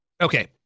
Okay